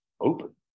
open